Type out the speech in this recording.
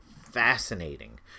fascinating